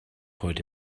heute